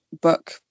book